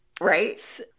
Right